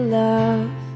love